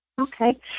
Okay